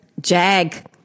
Jag